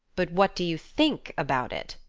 but what do you think about it?